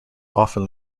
often